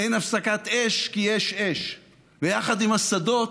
אין הפסקת אש, כי יש אש, ויחד עם השדות